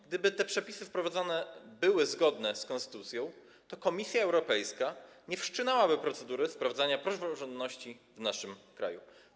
Gdyby te wprowadzone przepisy były zgodne z konstytucją, to Komisja Europejska nie wszczynałaby procedury sprawdzania praworządności w naszym kraju.